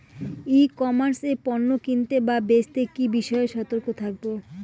ই commerce এ পণ্য কিনতে বা বেচতে কি বিষয়ে সতর্ক থাকব?